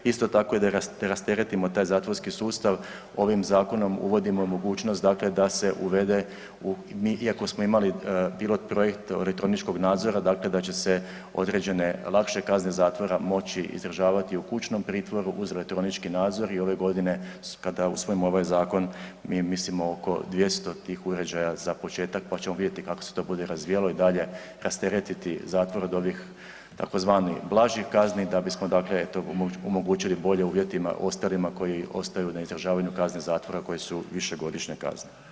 Isto tako i da rasteretimo taj zatvorski sustav ovim zakonom uvodimo mogućnost dakle da se uvede, iako smo imali pilot projekt elektroničkog nadzora dakle da će se određene lakše kazne zatvora moći izdržavati u kućnom pritvoru uz elektronički nadzor i ove godine kada usvojimo ovaj zakon mi mislimo oko 200 tih uređaja za početak pa ćemo vidjeti kako se to bude razvijalo i dalje rasteretiti zatvor od ovih tzv. blažih kazni da bismo dakle omogućili bolje uvjete ostalima koji ostaju na izdržavanju kazne zatvora koji su višegodišnje kazne.